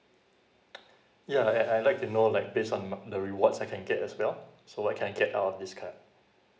yeah I I like to know like based on my the rewards I can get as well so what can I get out of this card